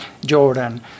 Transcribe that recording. Jordan